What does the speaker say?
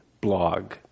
blog